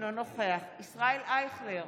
אינו נוכח ישראל אייכלר,